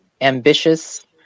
ambitious